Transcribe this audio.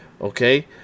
okay